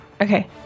Okay